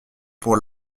pour